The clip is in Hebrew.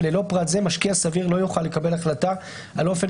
וללא פרט זה משקיע סביר לא יוכל לקבל החלטה על אופן